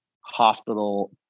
hospital